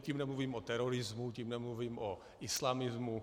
Tím nemluvím o terorismu, tím nemluvím o islamismu.